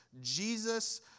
Jesus